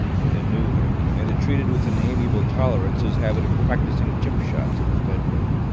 where they knew him, and treated with an amiable tolerance his habit of practising chip-shots in his bedroom.